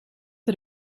het